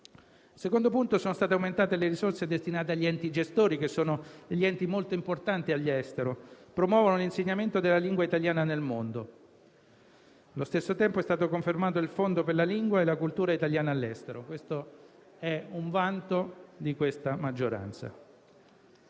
In secondo luogo, sono state aumentate le risorse destinate agli enti gestori, che sono molto importanti all'estero, perché promuovono l'insegnamento della lingua italiana nel mondo. Allo stesso tempo è stato confermato il fondo per la lingua e la cultura italiana all'estero. È un vanto di questa maggioranza.